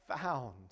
found